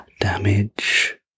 damage